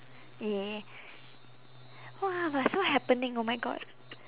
ya !wah! but so happening oh my god